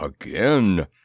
again